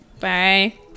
bye